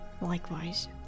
Likewise